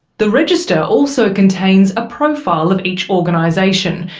the register also contains a profile of each organisation,